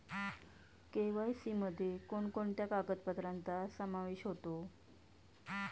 KYC मध्ये कोणकोणत्या कागदपत्रांचा समावेश होतो?